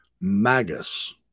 magus